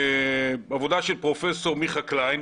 עבודה של פרופסור מיכה קליין,